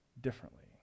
differently